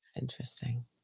interesting